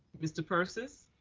mr. persis.